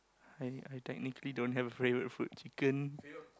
I I technically don't have a favorite food chicken